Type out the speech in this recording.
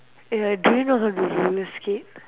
eh do you know how to roller skate